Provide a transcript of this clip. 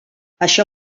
això